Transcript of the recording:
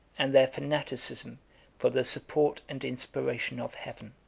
and their fanaticism for the support and inspiration of heaven.